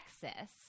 Texas